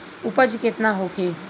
उपज केतना होखे?